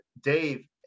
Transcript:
dave